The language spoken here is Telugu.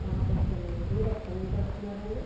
ఓకేనండి మీరెక్కడి నుంచి వస్తున్నారండి